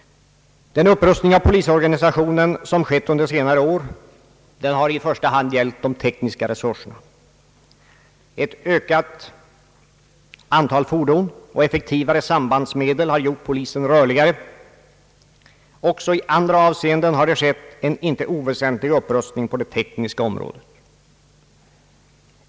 Den upprustning av polisorganisationen som skett under senare år har i första hand gällt de tekniska resurserna. Ett ökat antal fordon och effektivare sambandsmedel har gjort polisen rörligare. Också i andra avseenden har en icke oväsentlig upprustning på det tekniska området skett.